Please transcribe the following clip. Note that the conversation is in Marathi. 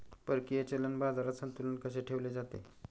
परकीय चलन बाजारात संतुलन कसे ठेवले जाते?